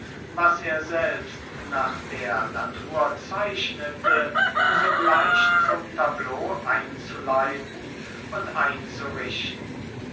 was er selbst nach der natur zeichnete sogleich zum tableau einzuleiten und einzurichten